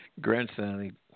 grandson